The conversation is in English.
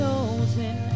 Chosen